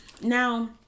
now